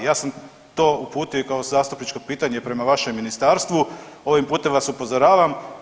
Ja sam to uputio i kao zastupničko pitanje prema vašem ministarstvu, ovim putem vas upozoravam.